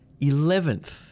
Eleventh